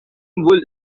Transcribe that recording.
wool